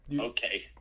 okay